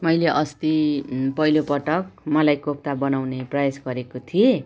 मैले अस्ति पहिलोपटक मलाइकोफ्ता बनाउने प्रयास गरेको थिएँ